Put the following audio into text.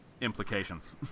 implications